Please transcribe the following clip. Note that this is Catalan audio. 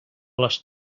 les